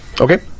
Okay